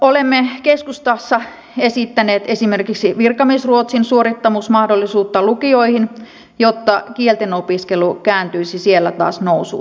olemme keskustassa esittäneet esimerkiksi virkamiesruotsin suorittamismahdollisuutta lukioihin jotta kieltenopiskelu kääntyisi siellä taas nousuun